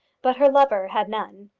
but her lover had none.